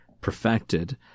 perfected